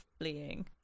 fleeing